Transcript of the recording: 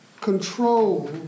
control